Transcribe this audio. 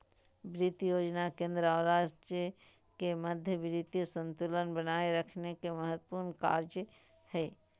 वित्त योजना केंद्र और राज्य के मध्य वित्तीय संतुलन बनाए रखे के महत्त्वपूर्ण कार्य हइ